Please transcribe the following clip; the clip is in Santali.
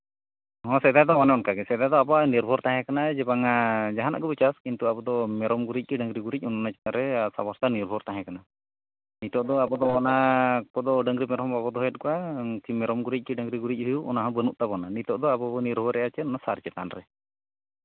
ᱦᱮᱸ ᱥᱮᱫᱟᱭ ᱫᱚ ᱚᱱᱮ ᱚᱱᱠᱟ ᱜᱮ ᱥᱮᱫᱟᱭ ᱫᱚ ᱟᱵᱚᱣᱟᱜ ᱱᱤᱨᱵᱷᱚᱨ ᱛᱟᱦᱮᱸ ᱠᱟᱱᱟ ᱡᱮ ᱵᱟᱝᱟ ᱡᱟᱦᱟᱱᱟᱜ ᱜᱮᱵᱚᱱ ᱪᱟᱥ ᱛᱳ ᱟᱵᱚ ᱫᱚ ᱢᱮᱨᱚᱢ ᱜᱩᱨᱤᱡ ᱠᱤ ᱰᱟᱹᱝᱨᱤ ᱜᱩᱨᱤᱡ ᱚᱱᱟ ᱪᱮᱛᱟᱱ ᱨᱮ ᱟᱥᱟ ᱵᱷᱚᱨᱥᱟ ᱱᱤᱨᱵᱷᱚᱨ ᱛᱟᱦᱮᱸ ᱠᱟᱱᱟ ᱱᱤᱛᱚᱜ ᱫᱚ ᱟᱵᱚ ᱫᱚ ᱚᱱᱟ ᱠᱚᱫᱚ ᱟᱵᱚ ᱫᱚ ᱰᱟᱹᱝᱨᱤ ᱢᱮᱨᱚᱢ ᱫᱚ ᱵᱟᱵᱚᱱ ᱫᱚᱦᱚᱭᱮᱫ ᱠᱚᱣᱟ ᱢᱮᱨᱚᱢ ᱜᱩᱨᱤᱡ ᱠᱤ ᱰᱟᱹᱝᱨᱤ ᱜᱩᱨᱤᱡ ᱨᱮ ᱚᱱᱟ ᱦᱚᱸ ᱵᱟᱹᱱᱩᱜ ᱛᱟᱵᱚᱱᱟ ᱱᱤᱛᱚᱜ ᱫᱚ ᱟᱵᱚ ᱵᱚᱱ ᱱᱤᱨᱵᱷᱚᱨᱮᱫᱼᱟ ᱪᱮᱫ ᱥᱟᱨ ᱪᱮᱛᱟᱱ ᱨᱮ